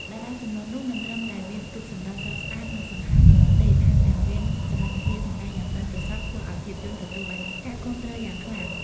តារាជំនាន់នោះមិនត្រឹមតែមានរូបសម្រស់ស្រស់ស្អាត និងសង្ហាប៉ុណ្ណោះទេ ថែមទាំងមានសមត្ថភាពសម្ដែងយ៉ាងប៉ិនប្រសប់ធ្វើឱ្យភាពយន្តទទួលបានការគាំទ្រយ៉ាងខ្លាំង។